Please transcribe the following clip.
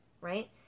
right